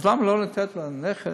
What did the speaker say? אז למה לא לתת לנכד